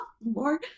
more